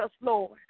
Lord